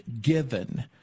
given